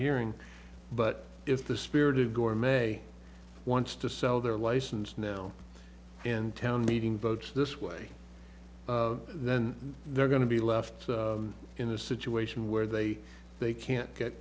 hearing but if the spirit of gore may wants to sell their license now and town meeting votes this way then they're going to be left in a situation where they they can't get